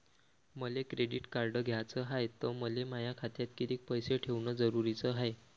मले credit card घ्याचं हाय, त मले माया खात्यात कितीक पैसे ठेवणं जरुरीच हाय?